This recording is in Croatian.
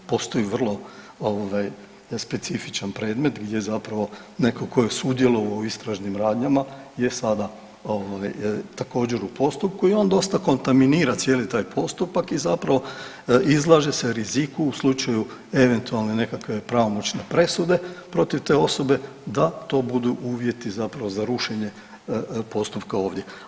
Postoji vrlo ovaj specifičan predmet gdje zapravo netko tko je sudjelovao u istražnim radnjama je sada ovaj također u postupku i on dosta kontaminira cijeli taj postupak i zapravo izlaže se riziku u slučaju eventualne nekakve pravomoćne presude protiv te osobe da to budu uvjeti zapravo za rušenje postupka ovdje.